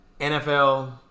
NFL